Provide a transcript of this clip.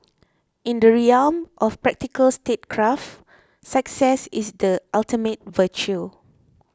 in the realm of practical statecraft success is the ultimate virtue